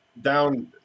down